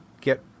get